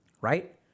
Right